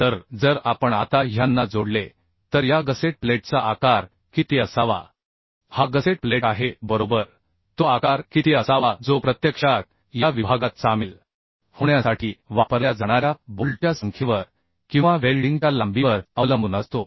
तर जर आपण आता ह्यांना जोडले तर या गसेट प्लेटचा आकार किती असावा हा गसेट प्लेट आहे बरोबर तो आकार किती असावा जो प्रत्यक्षात या विभागात सामील होण्यासाठी वापरल्या जाणार्या बोल्टच्या संख्येवर किंवा वेल्डिंगच्या लांबीवर अवलंबून असतो